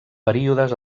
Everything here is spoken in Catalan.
períodes